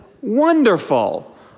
wonderful